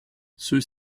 ceux